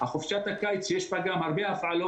זה כמובן הרבה.